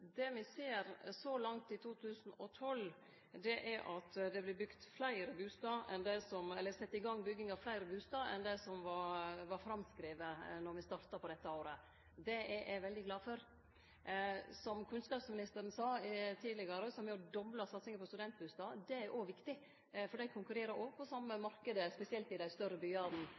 2012, er at det har vorte sett i gang bygging av fleire bustadar enn det som var framskrive då vi starta på dette året. Det er eg veldig glad for. Som kunnskapsministeren sa tidlegare, har me dobla satsinga på studentbustadar. Det er òg viktig, for dei konkurrerer på den same marknaden, spesielt i dei større byane,